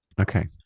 Okay